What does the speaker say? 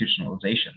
institutionalization